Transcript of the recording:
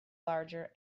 larger